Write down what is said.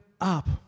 up